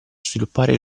sviluppare